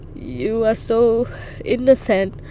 you are so innocent.